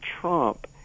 trump